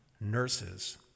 nurses